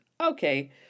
Okay